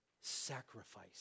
sacrifice